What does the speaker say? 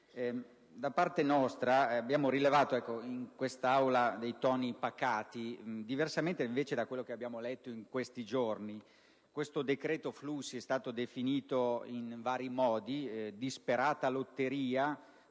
Da parte nostra, abbiamo rilevato in questa Aula dei toni pacati, diversamente da quanto letto in questi giorni. Questo decreto flussi è stato definito in vari modi: «disperata lotteria